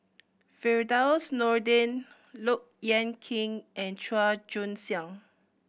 Firdaus Nordin Look Yan Kit and Chua Joon Siang